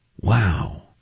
Wow